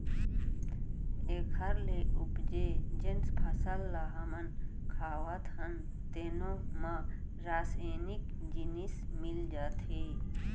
एखर ले उपजे जेन फसल ल हमन खावत हन तेनो म रसइनिक जिनिस मिल जाथे